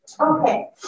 Okay